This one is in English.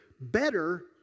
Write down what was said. better